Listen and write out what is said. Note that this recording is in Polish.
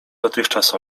dotychczas